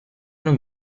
non